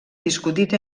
discutit